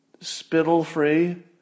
spittle-free